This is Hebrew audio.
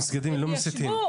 המסגדים לא מסיתים.